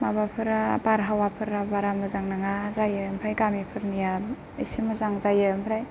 माबाफोरा बारहावाफोरा बारा मोजां नङा जायो ओमफ्राय गामिफोरनिया एसे मोजां जायो ओमफ्राय